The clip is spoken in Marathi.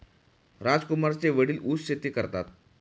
राजकुमारचे वडील ऊस शेती करतात